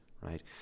right